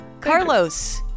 Carlos